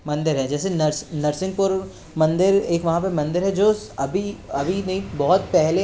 मंदिर है जैसे नरसिंहपुर मंदिर एक वहाँ पे मंदिर है जो अभी अभी भी बहुत पहले